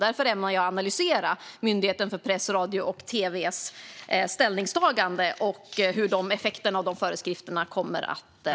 Därför ämnar jag analysera det ställningstagande som Myndigheten för press, radio och tv har gjort och hur effekterna av föreskrifterna kommer att slå.